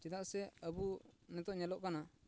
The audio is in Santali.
ᱪᱮᱫᱟᱜ ᱥᱮ ᱟᱵᱚ ᱱᱤᱛᱳᱜ ᱧᱮᱞᱚᱜ ᱠᱟᱱᱟ